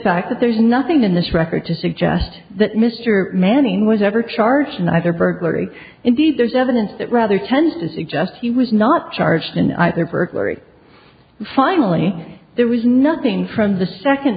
fact that there's nothing in this record to suggest that mr manning was ever charged in either burglary indeed there's evidence that rather tends to suggest he was not charged in either burglary finally there was nothing from the second